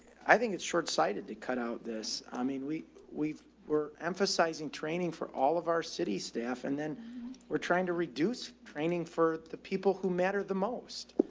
i think it's shortsighted to cut out this. i mean we, we've, we're emphasizing training for all of our city staff and then we're trying to reduce training for the people who mattered the most.